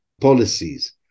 policies